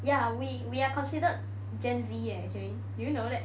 ya we we are considered gen Z leh actually do you know that